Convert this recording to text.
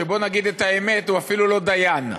שבוא נגיד את האמת: הוא אפילו לא דיין.